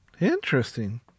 Interesting